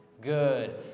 Good